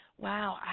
wow